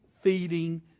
feeding